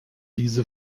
diese